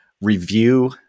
review